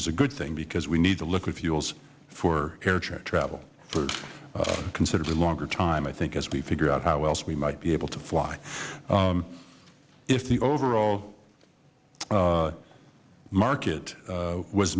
is a good thing because we need the liquid fuels for air travel for a considerably longer time i think as we figure out how else we might be able to fly if the overall market